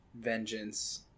vengeance